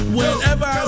Whenever